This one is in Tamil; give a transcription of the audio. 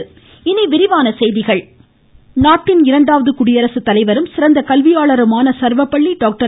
ஆசிரியர் தினம் நாட்டின் இரண்டாவது குடியரசுத் தலைவரும் சிறந்த கல்வியாளருமான சர்வபள்ளி டாக்டர்